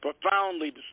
profoundly